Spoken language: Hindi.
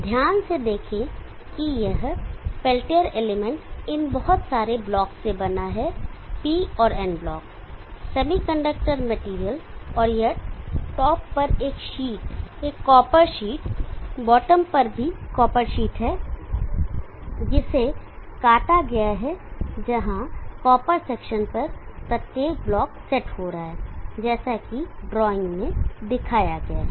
ध्यान से देखें कि यह पेल्टियर एलिमेंट इन बहुत सारे ब्लॉकों से बना है P और N ब्लॉक सेमीकंडक्टर मेटेरियल और यह टॉप पर एक शीट एक कॉपर शीट बॉटम पर भी कॉपर शीट है जिसे काटा गया है जहां कॉपर सेक्शन पर प्रत्येक ब्लाक सेट हो रहा है जैसा की ड्राइंग में दर्शाया गया है